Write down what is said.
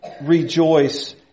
rejoice